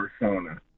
persona